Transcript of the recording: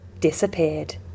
disappeared